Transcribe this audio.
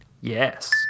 Yes